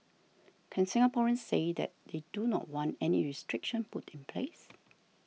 can Singaporeans say that they do not want any restriction put in place